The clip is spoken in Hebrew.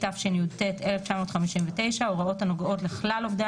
התשי"ט 1959‏ ההוראות הנוגעות לכלל עובדי